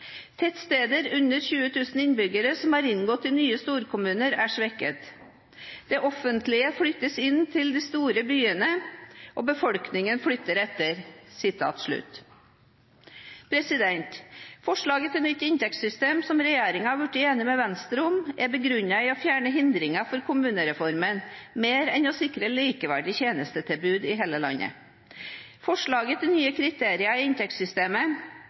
Tettsteder under 20 000 innbyggere, som er inngått i nye storkommuner, er svekket. Det offentlige flyttes inn til de store byene – og befolkningen flytter etter. Forslaget til nytt inntektssystem, som regjeringen har blitt enig med Venstre om, er begrunnet med å fjerne hindringer for kommunereformen mer enn å sikre likeverdig tjenestetilbud i hele landet. Forslaget til nye kriterier i inntektssystemet